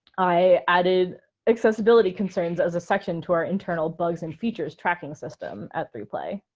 i added accessibility concerns as a section to our internal bugs and features tracking system at three play.